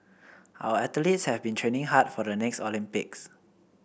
our athletes have been training hard for the next Olympics